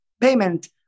payment